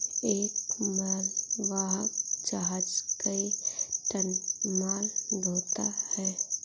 एक मालवाहक जहाज कई टन माल ढ़ोता है